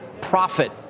profit